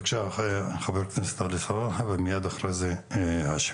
בבקשה חבר הכנסת עלי סלאלחה ומיד אחרי זה האשם.